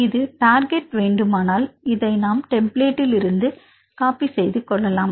இது டார்கெட் வேண்டுமானால் இதை நாம் டெம்ப்ளேட்டில் இருந்து காப்பி செய்து கொள்ளலாம்